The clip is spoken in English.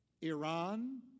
Iran